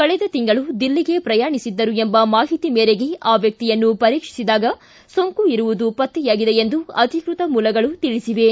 ಕಳೆದ ತಿಂಗಳು ದಿಲ್ಲಿಗೆ ಪ್ರಯಾಣಿಸಿದ್ದರು ಎಂಬ ಮಾಹಿತಿ ಮೇರೆಗೆ ಆ ವ್ಯಕ್ತಿಯನ್ನು ಪರೀಕ್ಷಿಸಿದಾಗ ಸೋಂಕು ಇರುವುದು ಪತ್ತೆಯಾಗಿದೆ ಎಂದು ಅಧಿಕೃತ ಮೂಲಗಳು ತಿಳಿಸಿವೆ